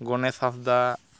Ganesh Hansda